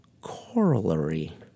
corollary